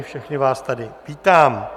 Všechny vás tady vítám.